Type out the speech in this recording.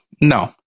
No